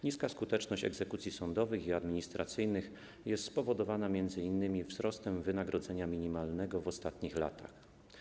Niska skuteczność egzekucji sądowych i administracyjnych jest spowodowana m.in. wzrostem wynagrodzenia minimalnego w ostatnich latach.